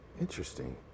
Interesting